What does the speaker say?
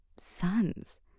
sons